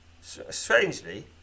Strangely